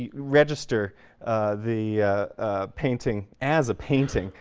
yeah register the painting as a painting,